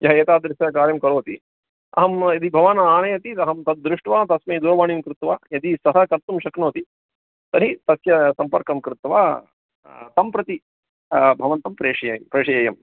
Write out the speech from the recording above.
यः एतादृशं कार्यं करोति अहं यदि भवान् आनयति अहं तद् दृष्ट्वा तस्मै दूरवाणीं कृत्वा यदि सः कर्तुं शक्नोति तर्हि तस्य सम्पर्कं कृत्वा सम्प्रति भवन्तं प्रेषयामि प्रेषयेयं